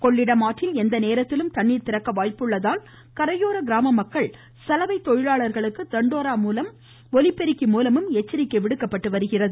கொள்ளிடம் ஆற்றில் எந்த நேரத்திலும் தண்ணீர் திறக்க வாய்ப்புள்ளதால் கரையோர கிராம மக்கள் சலவை தொழிலாளர்களுக்கு தண்டோரா ஒலிபெருக்கி மூலம் எச்சரிக்கை விடுக்கப்பட்டு வருகிறது